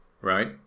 right